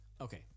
Okay